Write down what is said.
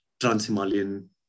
trans-Himalayan